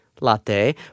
latte